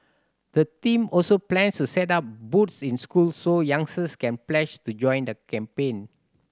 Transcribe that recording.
the team also plans to set up booths in schools so youngsters can pledge to join the campaign